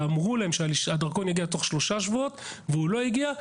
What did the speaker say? ואמרו להם שהדרכון יגיע תוך שלושה שבועות והוא לא הגיע,